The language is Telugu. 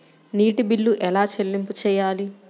నీటి బిల్లు ఎలా చెల్లింపు చేయాలి?